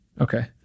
okay